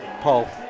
Paul